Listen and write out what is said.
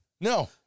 No